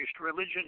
religion